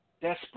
desperate